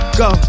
go